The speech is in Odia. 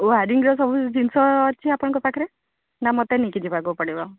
ୱାରିଙ୍ଗର ସବୁ ଜିନିଷ ଅଛି ଆପଣଙ୍କ ପାଖରେ ନା ମୋତେ ନେଇକି ଯିବାକୁ ପଡ଼ିବ